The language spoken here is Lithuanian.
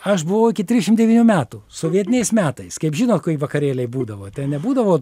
aš buvau iki trisdešimt devynių metų sovietiniais metais kaip žinot koki vakarėliai būdavo ten nebūdavo